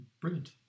brilliant